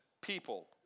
people